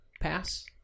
pass